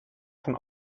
von